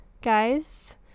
guys